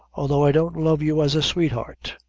although i don't love you as a sweetheart.